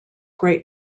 great